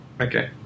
okay